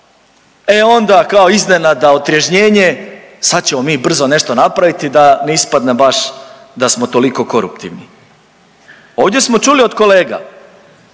e onda kao iznenada otrežnjenje, sad ćemo mi brzo nešto napraviti da ne ispadne baš da smo toliko koruptivni. Ovdje smo čuli od kolega,